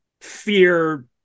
fear